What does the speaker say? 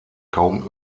kaum